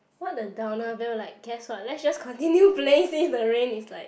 what a downer like guess what let's just continue play since the rain is like